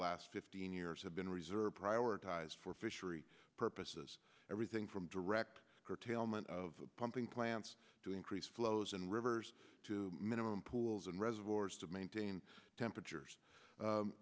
last fifteen years have been reserved prioritized for fishery purposes everything from direct curtailment of pumping plants to increase flows in rivers to minimum pools and reservoirs to maintain temperatures